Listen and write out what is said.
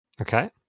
Okay